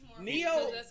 Neo